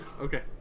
Okay